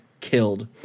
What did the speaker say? killed